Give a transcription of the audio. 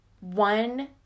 one